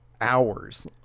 hours